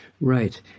Right